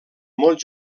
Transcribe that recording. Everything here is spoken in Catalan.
molt